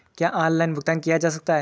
क्या ऑनलाइन भुगतान किया जा सकता है?